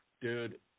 Dude